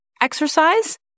exercise